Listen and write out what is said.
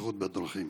בטיחות בדרכים.